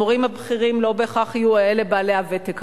המורים הבכירים לא בהכרח יהיו אלה בעלי הוותק